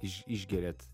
iš išgeriat